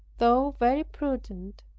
though very prudent,